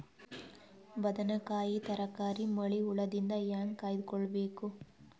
ಬದನೆಕಾಯಿ ತರಕಾರಿ ಮಳಿ ಹುಳಾದಿಂದ ಹೇಂಗ ಕಾಯ್ದುಕೊಬೇಕು?